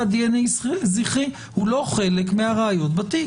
דנ"א זכרי הוא לא חלק מהראיות בתיק.